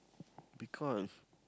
because